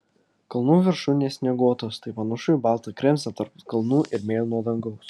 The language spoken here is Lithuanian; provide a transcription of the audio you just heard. kalnų viršūnės snieguotos tai panašu į baltą kremzlę tarp kalnų ir mėlyno dangaus